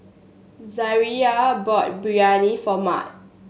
Zariah bought Biryani for Mat